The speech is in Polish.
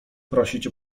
prosić